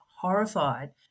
horrified